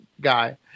guy